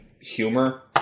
humor